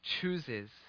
chooses